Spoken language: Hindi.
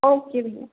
ओके भैया